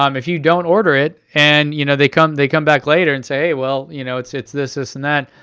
um if you don't order it and you know they come they come back later and say, well you know it's it's this, this, and that.